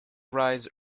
rise